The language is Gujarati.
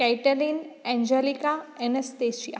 Caitlin Angelica anaesthesia